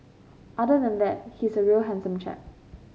other than that he's a real handsome chap